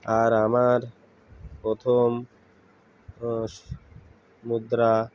আর আমার প্রথম স মুদ্রা